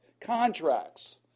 contracts